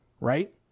Right